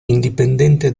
indipendente